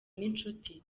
n’inshuti